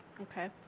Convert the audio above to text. Okay